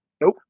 Nope